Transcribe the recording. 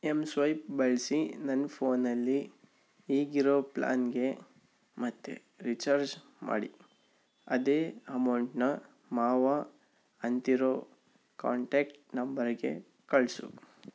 M swipe ಬಳಸಿ ನನ್ನ ಫೋನಲ್ಲಿ ಈಗಿರೋ ಪ್ಲಾನ್ಗೇ ಮತ್ತೆ ರೀಚಾರ್ಜ್ ಮಾಡಿ ಅದೇ ಅಮೌಂಟ್ನ ಮಾವ ಅಂತಿರೋ ಕಾಂಟ್ಯಾಕ್ಟ್ ನಂಬರ್ಗೆ ಕಳಿಸು